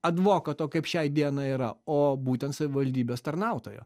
advokato kaip šiai dienai yra o būtent savivaldybės tarnautojo